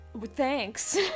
thanks